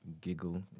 giggle